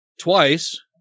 twice